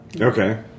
Okay